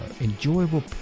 enjoyable